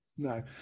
No